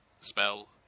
spell